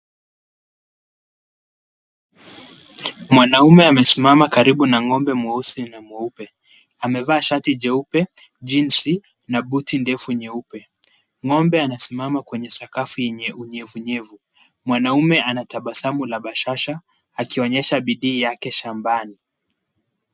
Mwanaume amesimama karibu na ng'ombe mweusi na mweupe. Amevaa shati jeupe, jeansi na buti ndefu nyeupe. Ng'ombe anasimama kwenye sakafu yenye unyevunyevu. Mwanaume anatabasamu la bashasha akionyesha bidii yake shambani.